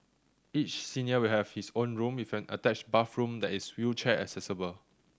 each senior will have his own room with an attached bathroom that is wheelchair accessible